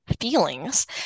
feelings